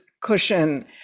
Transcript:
cushion